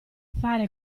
fare